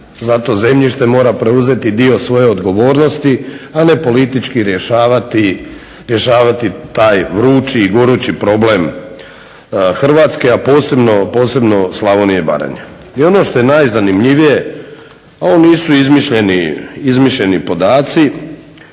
za to zemljište mora preuzeti dio svoje odgovornosti, a ne politički rješavati taj vrući i gorući problem Hrvatske, a posebno Slavonije i Baranje. I ono što je najzanimljivije ovo nisu izmišljeni podaci